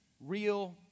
Real